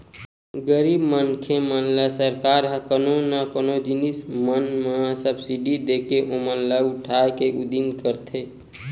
गरीब मनखे मन ल सरकार ह बरोबर कोनो न कोनो जिनिस मन म सब्सिडी देके ओमन ल उठाय के उदिम करथे